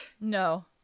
No